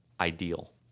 ideal